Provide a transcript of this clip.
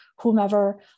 whomever